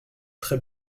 très